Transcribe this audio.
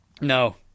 No